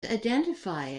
identify